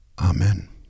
Amen